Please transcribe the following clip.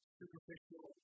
superficial